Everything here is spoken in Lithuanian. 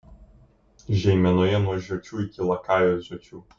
žeimenoje nuo žiočių iki lakajos žiočių